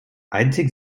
einzig